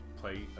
play